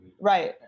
right